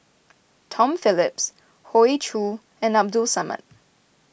Tom Phillips Hoey Choo and Abdul Samad